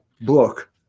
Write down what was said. book